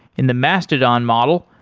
in the mastodon model,